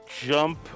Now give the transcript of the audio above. jump